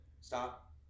Stop